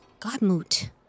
Godmoot